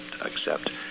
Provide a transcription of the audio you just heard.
accept